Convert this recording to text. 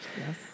Yes